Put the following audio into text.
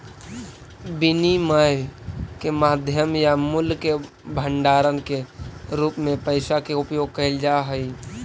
विनिमय के माध्यम या मूल्य के भंडारण के रूप में पैसा के उपयोग कैल जा हई